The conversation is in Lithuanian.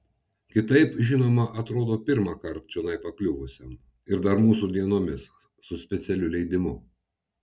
kitaip žinoma atrodo pirmąkart čionai pakliuvusiam ir dar mūsų dienomis su specialiu leidimu